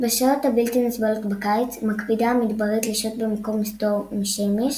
בשעות הבלתי נסבלות בקיץ מקפידה המדברית לשהות במקום מסתור מהשמש,